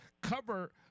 cover